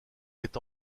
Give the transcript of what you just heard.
est